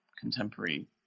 contemporary